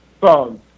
phone